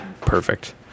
perfect